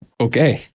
Okay